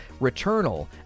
Returnal